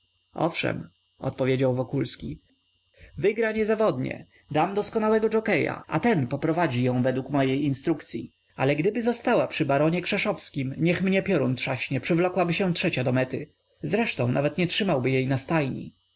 owszem odpowiedział wokulski wygra niezawodnie dam doskonałego dżokieja a ten poprowadzi ją według mojej instrukcyi ale gdyby została przy baronie krzeszowskim niech mnie piorun trzaśnie przywlokłaby się trzecia do mety zresztą nawet nie trzymałbym jej na stajni